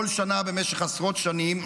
כל שנה במשך עשרות שנים.